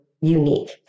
unique